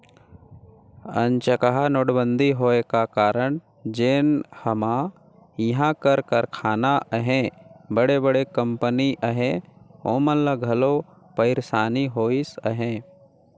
अनचकहा नोटबंदी होए का कारन जेन हमा इहां कर कारखाना अहें बड़े बड़े कंपनी अहें ओमन ल घलो पइरसानी होइस अहे